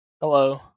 hello